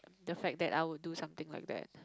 the fact that I would do something like that